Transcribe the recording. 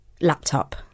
Laptop